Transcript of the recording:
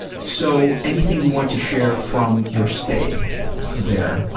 so, anything you want to share from your stay there?